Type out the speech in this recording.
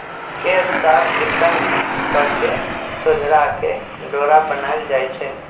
केश साफ़ चिक्कन कके सोझरा के डोरा बनाएल जाइ छइ